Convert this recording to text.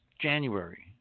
January